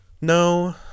No